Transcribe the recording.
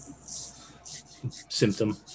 symptom